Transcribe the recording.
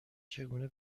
چگونه